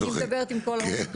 אני מדברת עם כולם.